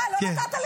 אה, לא נתת לי?